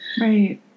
right